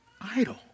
idol